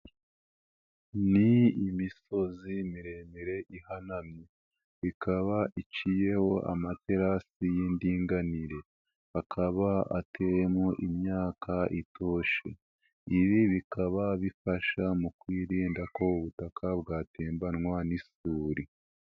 Ni imisozi miremire ihanamye, ikaba iciyeho amaterate y'indinganire. ikaba ateyemo imyaka. ibi bikaba bifasha mu kwirinda ko ubutaka bwatembanwa n'isuri.